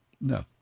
No